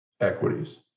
equities